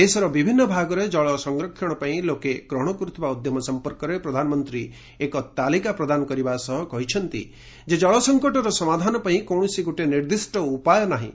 ଦେଶର ବିଭିନ୍ ଭାଗରେ ଜଳ ସଂରକ୍ଷଣ ପାଇଁ ଲୋକେ ଗ୍ରହଣ କର୍ଥଥବା ଉଦ୍ୟମ ସଂପର୍କରେ ପ୍ରଧାନମନ୍ତୀ ଏକ ତାଲିକା ପ୍ରଦାନ କରିବା ସହ କହିଛନ୍ତି ଯେ ଜଳସଂକଟର ସମାଧାନ ପାଇଁ କୌଶସି ଗୋଟିଏ ନିର୍ଦିଷ୍ଟ ଉପାୟ ନାହିଁ